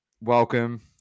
Welcome